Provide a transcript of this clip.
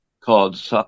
called